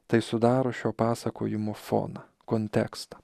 tai sudaro šio pasakojimo foną kontekstą